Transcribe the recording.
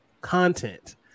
content